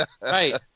right